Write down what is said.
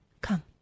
Come